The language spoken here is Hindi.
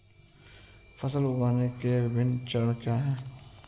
फसल उगाने के विभिन्न चरण क्या हैं?